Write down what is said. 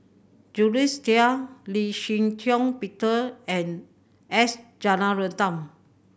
Jules Itier Lee Shih Shiong Peter and S Rajaratnam